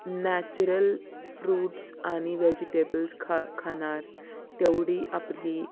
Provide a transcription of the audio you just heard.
natural fruits आणि vegetables खा खाणार तेवढी आपली